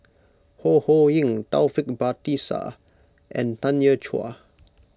Ho Ho Ying Taufik Batisah and Tanya Chua